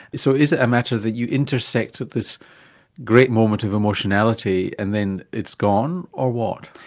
so is it a matter that you intersect at this great moment of emotionality and then it's gone? or what?